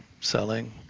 selling